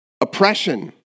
oppression